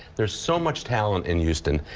there's so much talent in houston.